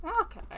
Okay